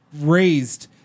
raised